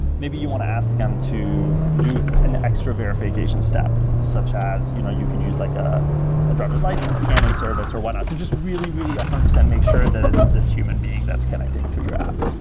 maybe you want to ask them to do an extra verification step, such as you know you could use like a driver s license scanning service, or whatnot, to just really, really one hundred percent make sure that it's this human being that's connecting through your app,